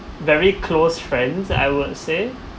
very close friends I would say